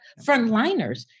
frontliners